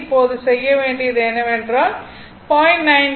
இப்போது செய்ய வேண்டியது என்னவென்றால் 0